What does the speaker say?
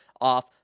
off